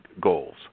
goals